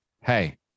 hey